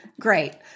great